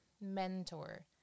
mentor